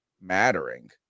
mattering